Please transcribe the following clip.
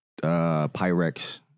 Pyrex